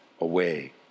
away